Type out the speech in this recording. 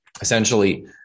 essentially